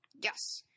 Yes